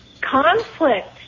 conflict